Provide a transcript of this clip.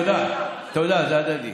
תודה, תודה, זה הדדי.